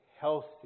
healthy